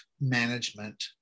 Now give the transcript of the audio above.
management